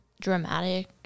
dramatic